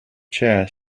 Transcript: chair